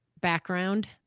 background